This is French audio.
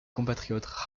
compatriotes